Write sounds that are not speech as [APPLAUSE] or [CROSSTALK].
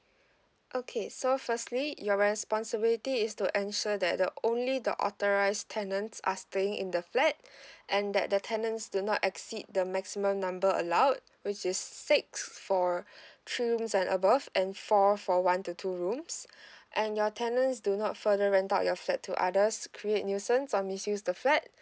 [BREATH] okay so firstly your responsibility is to ensure that the only the authorise tenants are staying in the flat [BREATH] and that the tenants do not exceed the maximum number allowed which is six for [BREATH] three rooms and above and four for one to two rooms [BREATH] and your tenants do not further rent out your flat to others create nuisance or misuse the flat